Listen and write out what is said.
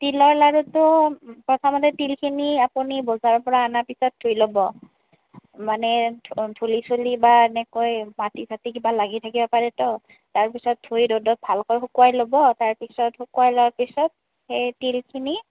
তিলৰ লাৰুটো প্ৰথমতে তিলখিনি আপুনি বজাৰৰ পৰা অনাৰ পাছত ধুই ল'ব মানে ধূলি চুলি বা এনেকৈ মাটি চাটি কিবা লাগি থাকিব পাৰেতো তাৰপিছত ধুই ৰ'দত ভালকৈ শুকুৱাই ল'ব তাৰ পিছত শুকুৱাই লোৱাৰ পিছত সেই তিলখিনি